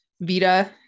Vita